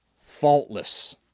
faultless